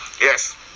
Yes